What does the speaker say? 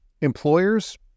Employers